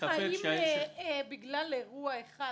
האם בגלל אירוע אחד,